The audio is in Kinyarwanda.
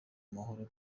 amahoro